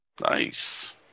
Nice